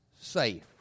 safe